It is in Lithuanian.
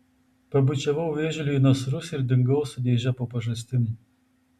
pabučiavau vėžliui į nasrus ir dingau su dėže po pažastim